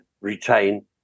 retain